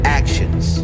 actions